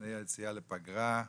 לפני היציאה לפגרה.